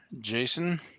Jason